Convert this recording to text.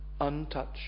untouched